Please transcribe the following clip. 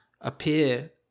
appear